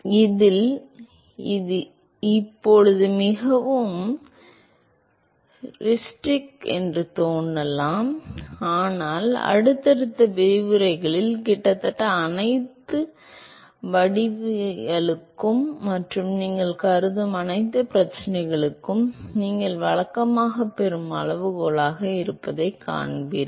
இதில் இது இப்போது மிகவும் ஹூரிஸ்டிக் என்று தோன்றலாம் ஆனால் அடுத்தடுத்த விரிவுரைகளில் கிட்டத்தட்ட அனைத்து வடிவவியலும் மற்றும் நீங்கள் கருதும் அனைத்து பிரச்சனைகளும் நீங்கள் வழக்கமாகப் பெறும் அளவுகோலாக இருப்பதைக் காண்பீர்கள்